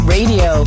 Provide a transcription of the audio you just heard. Radio